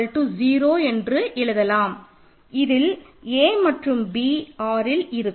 i 0 என்று எழுதலாம் இதில் a மற்றும் b Rஇல் இருக்கும்